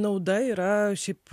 nauda yra šiaip